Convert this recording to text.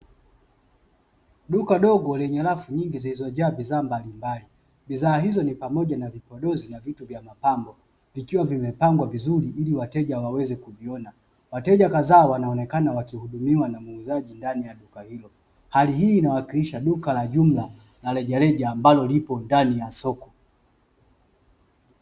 Duka dogo lenye rafu nyingi zilizojaa bidhaa mbalimbali, bidhaa hizo ni pamoja na vipodozi na vitu vya mapambo, vikiwa vimepangwa vizuri ili wateja waweze kuviona. Wateja kadhaa wanaonekana wakihudumiwa na muuzaji ndani ya duka hili. Hali hii inawakilisha duka la jumla na rejareja ambalo lipo ndani ya soko.